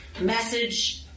message